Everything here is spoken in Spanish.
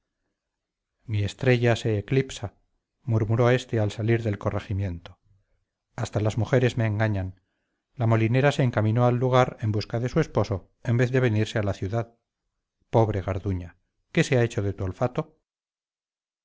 mi estrella se eclipsa murmuró éste al salir del corregimiento hasta las mujeres me engañan la molinera se encaminó al lugar en busca de su esposo en vez de venirse a la ciudad pobre garduña qué se ha hecho de tu olfato